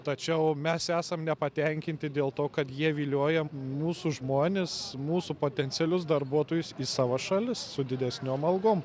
tačiau mes esam nepatenkinti dėl to kad jie vilioja mūsų žmones mūsų potencialius darbuotojus į savo šalis su didesniom algom